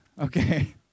okay